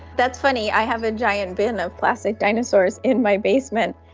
that's funny, i have a giant bin of plastic dinosaurs in my basement.